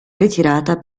ritirata